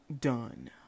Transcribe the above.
done